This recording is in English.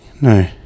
No